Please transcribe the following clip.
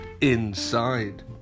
inside